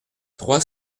trois